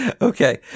Okay